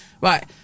right